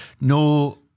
no